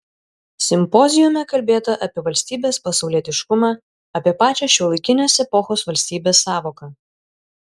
simpoziume kalbėta apie valstybės pasaulietiškumą apie pačią šiuolaikinės epochos valstybės sąvoką